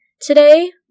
Today